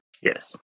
Yes